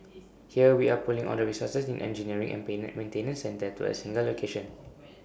here we are pulling all the resources in engineering and peanut maintenance centre to A single location